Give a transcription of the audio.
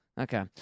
Okay